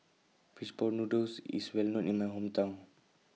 Fish Ball Noodles IS Well known in My Hometown